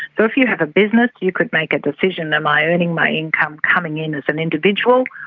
so if you have a business you could make a decision am i earning my income coming in as an individual,